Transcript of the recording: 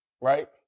right